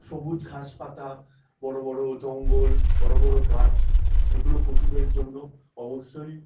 সবুজ ঘাস পাতা বড় বড় জঙ্গল বড় বড় গাছ এগুলো পশুদের জন্য অবশ্যই